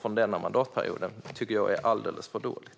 från denna mandatperiod tycker jag är alldeles för dåligt.